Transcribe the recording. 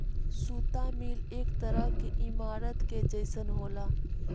सुता मिल एक तरह के ईमारत के जइसन होला